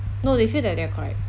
no they feel that they are correct